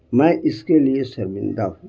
میں اس کے لیے شرمندہ ہوں